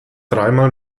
dreimal